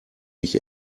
mich